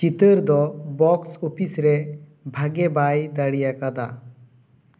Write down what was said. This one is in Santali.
ᱪᱤᱛᱟᱹᱨ ᱫᱚ ᱵᱚᱠᱥ ᱚᱯᱷᱤᱥ ᱨᱮ ᱵᱷᱟᱜᱮ ᱵᱟᱭ ᱫᱟᱲᱮ ᱟᱠᱟᱫᱟ